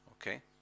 okay